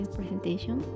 presentation